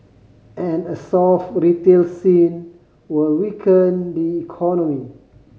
and a soft retail scene will weaken the economy